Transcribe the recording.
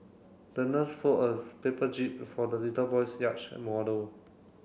the nurse fold of paper jib for the little boy's yacht model